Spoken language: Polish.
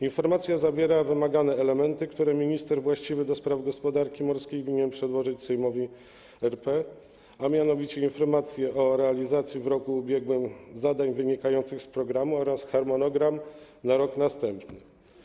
Informacja zawiera wymagane elementy, które minister właściwy do spraw gospodarki morskiej winien przedłożyć Sejmowi RP, a mianowicie informację o realizacji w roku ubiegłym zadań wynikających z programu oraz harmonogram na rok następny.